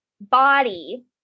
body